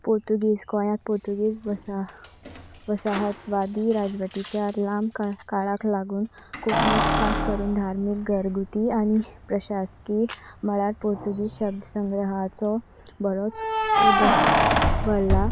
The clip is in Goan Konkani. पोर्तुगीज गोंयांत पोर्तुगीज वसाह वसाहतवादी राजवटीच्या लांब काळाक लागून कोंकणींत खास करून धार्मीक घरगुती आनी प्रशासकी मळार पुर्तुगीज शब्द संग्रहाचो बरोच उद वरला